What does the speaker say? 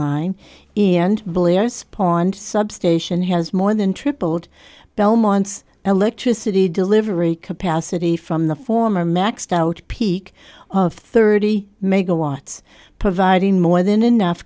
line in and blair's pond substation has more than tripled belmont's electricity delivery capacity from the former maxed out peak of thirty megawatts providing more than enough